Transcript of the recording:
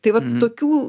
tai vat tokių